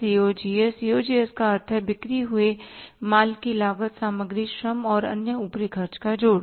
COGS COGS का अर्थ है बिक्री हुए माल की लागत सामग्री श्रम और अन्य ऊपरी खर्च का जोड़